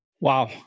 wow